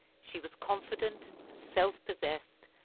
she was confident and self-possessed,